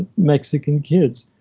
mexican kids.